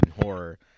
horror